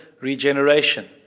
Regeneration